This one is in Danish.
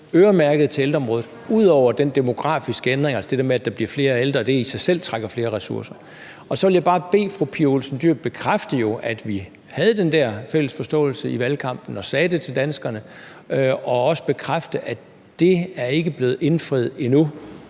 øremærket til ældreområdet, ud over at den demografiske ændring, altså det der med, at det, at der bliver flere ældre, i sig selv trækker flere ressourcer. Jeg vil bare bede fru Pia Olsen Dyhr bekræfte, at vi havde den der fælles forståelse i valgkampen og sagde det til danskerne, og også bekræfte, at det løfte ikke er blevet indfriet endnu.